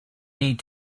need